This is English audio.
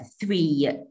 three